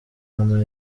ama